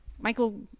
Michael